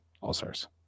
All-Stars